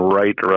right